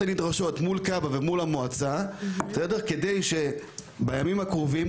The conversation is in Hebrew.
הנדרשות מול כב"ה ומול המועצה כדי שבימים הקרובים,